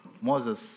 Moses